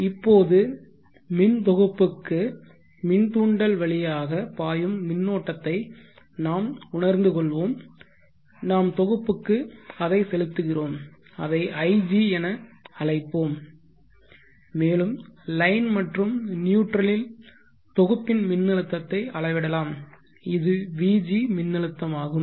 இப்போது மின் தொகுப்புக்கு மின்தூண்டல் வழியாக பாயும் மின்னோட்டத்தை நாம் உணர்ந்து கொள்வோம் நாம் தொகுப்புக்கு அதை செலுத்துகிறோம் அதை ig என அழைப்போம் மேலும் லைன் மற்றும் நியூட்ரலில் தொகுப்பின் மின்னழுத்தத்தை அளவிடலாம் இது vg மின்னழுத்தமாகும்